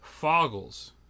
foggles